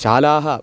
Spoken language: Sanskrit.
शालाः